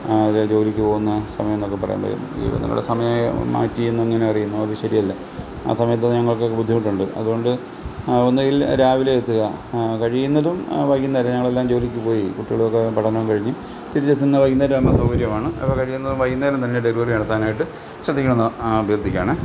അതേ ജോലിക്ക് പോകുന്ന സമയം എന്നൊക്കെ പറയുമ്പോൾ ഈ നിങ്ങളുടെ സമയം മാറ്റിയെന്ന് എങ്ങനെ അറിയും അതൊന്നും ശരി അല്ല ആ സമയത്ത് ഞങ്ങൾക്ക് ഒക്കെ ബുദ്ധിമുട്ടുണ്ട് അതുകൊണ്ട് ഒന്നുകിൽ രാവിലെ എത്തുക കഴിയുന്നതും വൈകുന്നേരം ഞങ്ങളെല്ലാം ജോലിക്ക് പോയി കുട്ടികളൊക്കെ പഠനം കഴിഞ്ഞ് തിരിച്ചെത്തുന്ന വൈകുന്നേരാകുമ്പോൾ സൗകര്യമാണ് അത് കഴിയുന്നതും വൈകുന്നേരം തന്നെ ഡെലിവറി നടത്താനായിട്ട് ശ്രദ്ധിക്കണമെന്ന് അഭ്യർത്ഥിക്കുകയാണ്